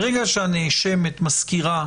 ברגע שהנפגעת מזכירה